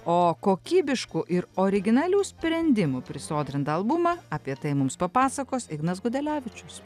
o kokybiškų ir originalių sprendimų prisodrintą albumą apie tai mums papasakos ignas gudelevičius